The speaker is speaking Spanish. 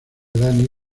danny